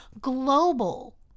global